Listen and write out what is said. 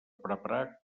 preparar